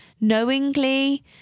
knowingly